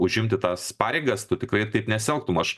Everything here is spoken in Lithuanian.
užimti tas pareigas tu tikrai taip nesielgtum aš